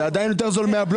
זה עדיין יותר זול מהבלו.